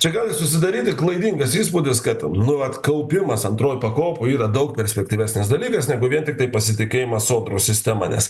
čia gali susidaryti klaidingas įspūdis kad nu vat kaupimas antroj pakopoj yra daug perspektyvesnis dalykas negu vien tiktai pasitikėjimas sodros sistema nes